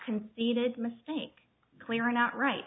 conceded mistake clearing out right